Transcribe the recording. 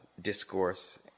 discourse